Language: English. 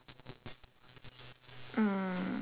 mm